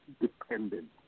dependent